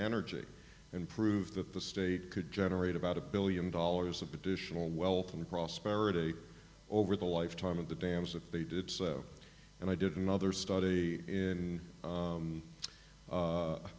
energy and prove that the state could generate about a billion dollars of additional wealth and prosperity over the lifetime of the dams that they did and i did another study in